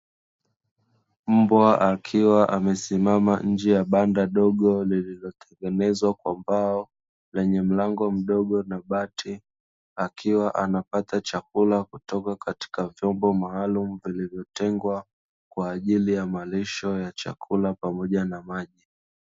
Mbwa akiwa amesimama nje ya banda dogo lililotengenezwa kwa mbao, lenye mlango mdogo na bati a anapata chakula kutoka katika vyombo maalumu kilichotengenezwa kwajili ya malisho ya chakula pamoja na maji.